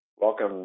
Welcome